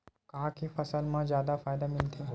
का के फसल मा जादा फ़ायदा मिलथे?